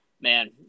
man